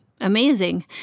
Amazing